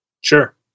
Sure